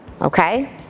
okay